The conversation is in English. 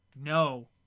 No